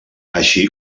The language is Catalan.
així